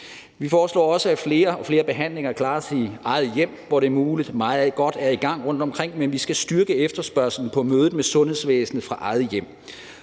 Vi foreslår også, at flere behandlinger klares i eget hjem, hvor det er muligt. Meget godt er i gang rundtomkring, men vi skal styrke efterspørgslen på mødet med sundhedsvæsenet fra eget hjem.